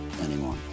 anymore